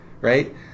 right